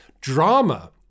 drama